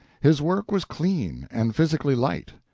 his work was clean and physically light.